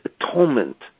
atonement